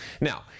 Now